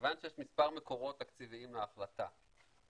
כיוון שיש מספר מקורות תקציביים להחלטה אז